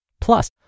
Plus